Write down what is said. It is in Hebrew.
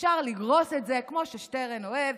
אפשר לגרוס את זה, כמו ששטרן אוהב.